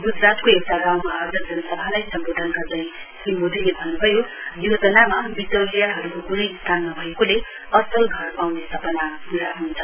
ग्जरातको एउटा गाउँमा आज जनसभालाई सम्बोधन गर्दै श्री मोदीले भन्नुभयो योजनामा विचौलियाहरूको कुनै स्थान नभएकोले असल घर पाउने सपना पूरा हुन्छ